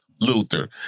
Luther